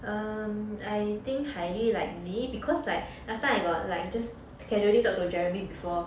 um I think highly likely because like last time I got like I just casually talk to jeremy before